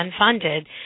unfunded